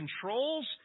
controls